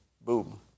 Boom